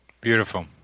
Beautiful